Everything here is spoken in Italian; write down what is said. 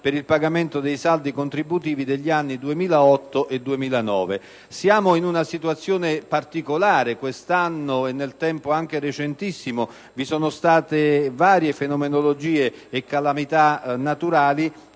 per il pagamento dei saldi contributivi relativi agli anni 2008 e 2009. Siamo in una situazione particolare. Quest'anno, e nel tempo anche molto recente, vi sono state varie fenomenologie e calamità naturali,